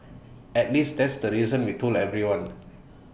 at least that's the reason we told everyone